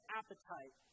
appetite